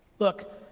look,